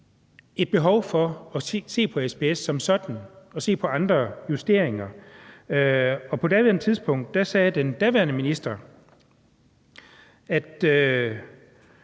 et behov for at se på SPS som sådan og se på andre justeringer. På daværende tidspunkt sagde den daværende minister :